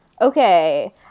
okay